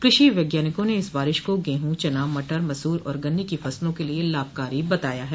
कृषि वैज्ञानिकों ने इस बारिश को गेहूँ चना मटर मसूर और गन्ने की फसलों के लिये लाभकारी बताया है